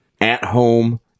at-home